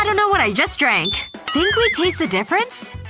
i dunno what i just drank the difference?